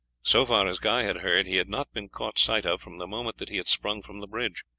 so far as guy had heard he had not been caught sight of from the moment that he had sprung from the bridge.